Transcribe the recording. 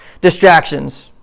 Distractions